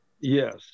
Yes